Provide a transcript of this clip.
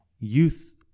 Youth